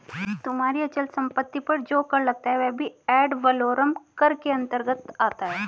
तुम्हारी अचल संपत्ति पर जो कर लगता है वह भी एड वलोरम कर के अंतर्गत आता है